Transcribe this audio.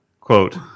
quote